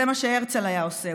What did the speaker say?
זה מה שהרצל היה עושה.